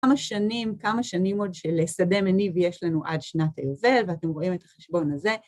כמה שנים, כמה שנים עוד של שדה מניב ויש לנו עד שנת היובל, ואתם רואים את החשבון הזה.